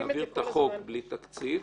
-- שנעביר את החוק בלי תקציב,